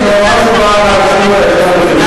מה הבעיה?